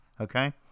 Okay